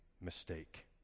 mistake